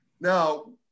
Now